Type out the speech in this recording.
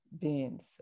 beings